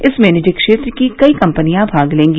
इसमें निजी क्षेत्र की कई कम्पनियां भाग लेंगी